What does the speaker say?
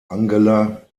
angela